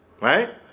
Right